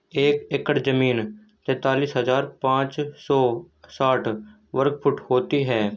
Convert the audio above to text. एक एकड़ जमीन तैंतालीस हजार पांच सौ साठ वर्ग फुट होती है